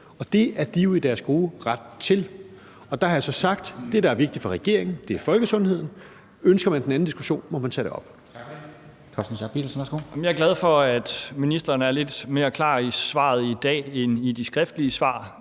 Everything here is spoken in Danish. og det er de jo i deres gode ret til. Der har jeg så sagt, at det, der er vigtigt for regeringen, er folkesundheden. Ønsker man den anden diskussion, må man tage det op.